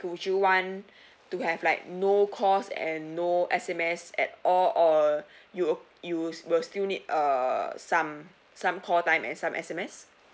would you want to have like no calls and no S_M_S at all or you you will still need uh some some call time and some S_M_S